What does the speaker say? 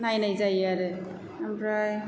नायनाय जायो आरो आमफ्राय